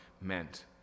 meant